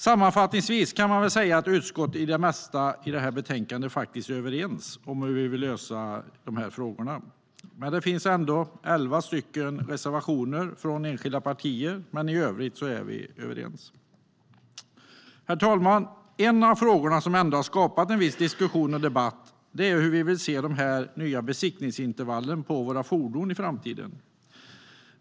Sammanfattningsvis kan man säga att utskottet i det mesta är överens om hur vi vill lösa frågorna, även om det finns elva reservationer från enskilda partier. Herr talman! En av frågorna som ändå har skapat viss diskussion och debatt är vilka besiktningsintervall vi vill se för våra fordon i framtiden.